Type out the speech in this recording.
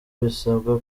bisabwa